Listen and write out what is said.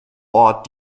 ort